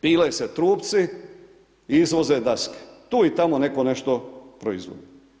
Pile se trupci i izvoze daske, tu i tamo netko nešto proizvodi.